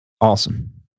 Awesome